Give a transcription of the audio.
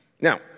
Now